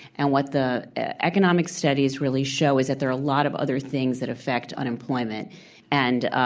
and what the economic studies really show is that there are a lot of other things that affect unemployment and ah